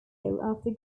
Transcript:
after